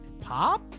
Pop